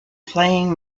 playing